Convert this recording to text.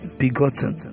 begotten